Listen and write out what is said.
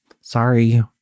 sorry